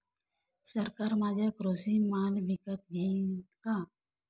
सरकार माझा कृषी माल विकत घेईल का?